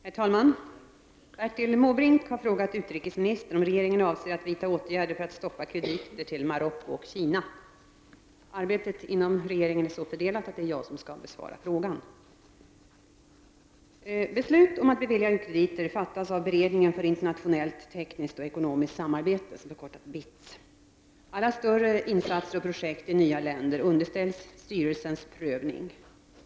Herr talman! Bertil Måbrink har frågat utrikesministern om regeringen avser att vidta åtgärder för att stoppa krediter till Marocko och Kina. Arbetet inom regeringen är så fördelat att det är jag som skall svara på frågan. Beslut om att bevilja u-krediter fattas av beredningen för internationellt tekniskt-ekonomiskt samarbete, BITS. Alla större insatser och projekt i nya länder underställs styrelsens prövning.